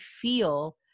feel